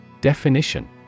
Definition